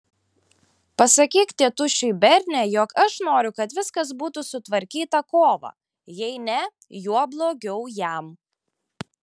pasakyk tėtušiui berne jog aš noriu kad viskas būtų sutvarkyta kovą jei ne juo blogiau jam